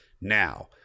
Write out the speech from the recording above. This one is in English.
Now